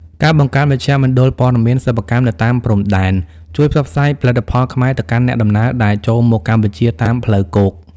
ការបង្កើតមជ្ឈមណ្ឌលព័ត៌មានសិប្បកម្មនៅតាមព្រំដែន ជួយផ្សព្វផ្សាយផលិតផលខ្មែរទៅកាន់អ្នកដំណើរដែលចូលមកកម្ពុជាតាមផ្លូវគោក។